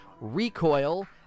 recoil